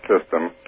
system